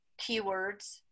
keywords